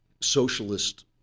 socialist